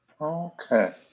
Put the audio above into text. Okay